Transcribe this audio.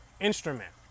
instrument